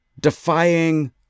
Defying